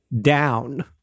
down